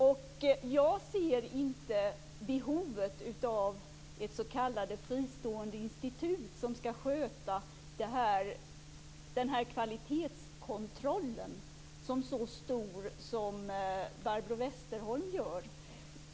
Jag ser inte behovet av ett s.k. fristående institut som skall sköta kvalitetskontrollen som så stort som Barbro Westerholm gör.